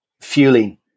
fueling